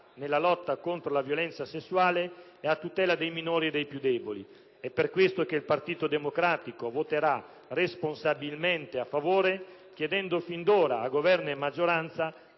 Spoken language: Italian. di lottare contro la violenza sessuale e a tutela dei minori e dei più deboli. È per questo che il nostro Gruppo voterà responsabilmente a favore chiedendo, fin d'ora, a Governo e maggioranza